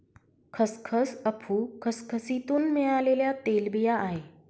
खसखस अफू खसखसीतुन मिळालेल्या तेलबिया आहे